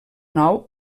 nou